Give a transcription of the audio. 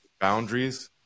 boundaries